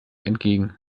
entgegen